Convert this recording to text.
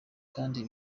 kandi